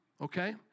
okay